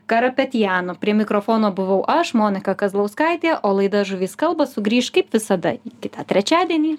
karapetjanu prie mikrofono buvau aš monika kazlauskaitė o laida žuvys kalba sugrįš kaip visada kitą trečiadienį